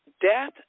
death